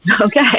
Okay